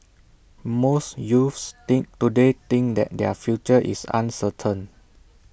most youths think today think that their future is uncertain